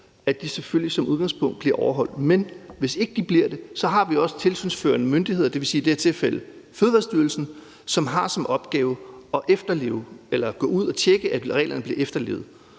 de selvfølgelig som udgangspunkt overholdt. Men hvis ikke de bliver det, har vi også tilsynsførende myndigheder, det vil i det her tilfælde sige Fødevarestyrelsen, som har som opgave at gå ud at tjekke, at reglerne bliver efterlevet.